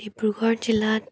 ডিব্ৰুগড় জিলাত